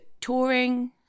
touring